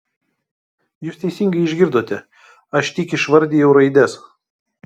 jūs teisingai išgirdote aš tik išvardijau raides